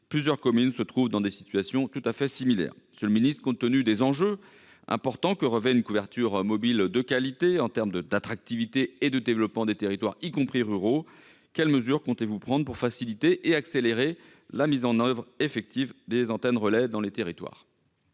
plusieurs communes se trouvent dans des situations similaires. Monsieur le ministre, compte tenu des enjeux importants que revêt une couverture mobile de qualité en termes d'attractivité et de développement du territoire notamment, quelles mesures comptez-vous prendre pour faciliter et accélérer la mise en place effective des antennes-relais dans les territoires